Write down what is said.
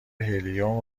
هلیوم